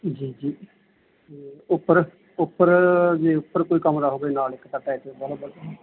ਜੀ ਜੀ ਉੱਪਰ ਉੱਪਰ ਜੇ ਉੱਪਰ ਕੋਈ ਕਮਰਾ ਹੋਵੇ ਨਾਲ ਇੱਕ ਤਾਂ ਵਾਹਲਾ ਵਧੀਆ